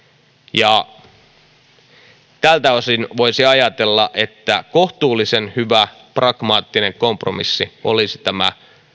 haluavat tältä osin voisi ajatella että kohtuullisen hyvä pragmaattinen kompromissi olisi tämä